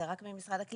זה רק ממשרד הקליטה.